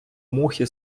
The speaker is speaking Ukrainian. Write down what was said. мухи